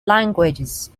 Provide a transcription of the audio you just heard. languages